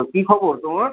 তো কি খবর তোমার